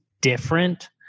different